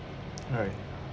right